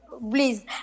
please